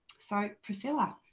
so, priscilla.